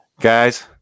Guys